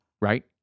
right